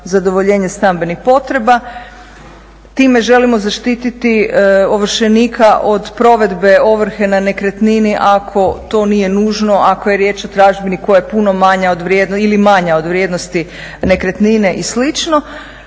zadovoljenje stambenih potreba. Time želimo zaštititi ovršenika od provedbe ovrhe na nekretnini ako to nije nužno, ako je riječ o tražbini koja je puno manja ili manja od vrijednosti nekretnine i